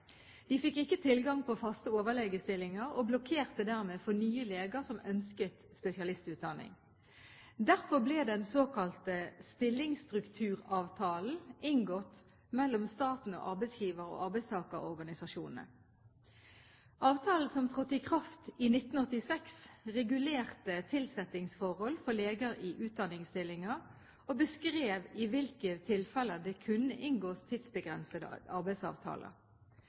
De fikk ikke tilgang på faste overlegestillinger og blokkerte dermed for nye leger som ønsket spesialistutdanning. Derfor ble den såkalte stillingsstrukturavtalen inngått mellom staten og arbeidsgiver- og arbeidstakerorganisasjonene. Avtalen, som trådte i kraft i 1986, regulerte tilsettingsforhold for leger i utdanningsstillinger og beskrev i hvilke tilfeller det kunne inngås tidsbegrensede arbeidsavtaler.